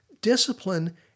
discipline